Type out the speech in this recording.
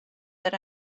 that